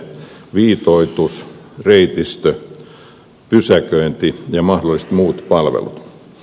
viitoitus reitistö pysäköinti ja mahdolliset muut palvelut